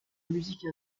musique